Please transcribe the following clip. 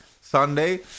Sunday